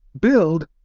build